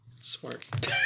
smart